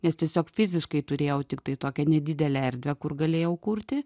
nes tiesiog fiziškai turėjau tiktai tokią nedidelę erdvę kur galėjau kurti